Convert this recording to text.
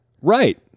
Right